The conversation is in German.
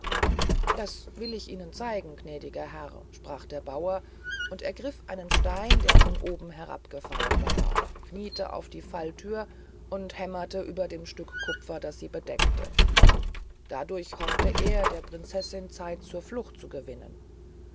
das will ich ihnen zeigen gnädiger herr sprach der bauer ergrif einen stein der von oben herab gefallen war kniete auf die fallthür und hämmerte über dem stück kupfer das sie bedeckte dadurch hofte er der prinzessin zeit zur flucht zu gewinnen